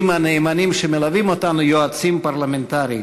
הנאמנים שמלווים אותנו יועצים פרלמנטריים.